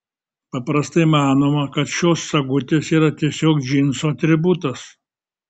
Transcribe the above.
paprastai manoma kad šios sagutės yra tiesiog džinsų atributas